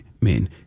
men